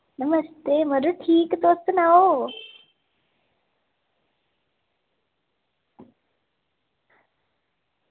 नमस्ते मड़ो ठीक तुस सनाओ